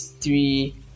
three